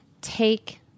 take